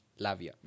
Lavia